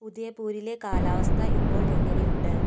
ഉദയ്പൂരിലെ കാലാവസ്ഥ ഇപ്പോൾ എങ്ങനെയുണ്ട്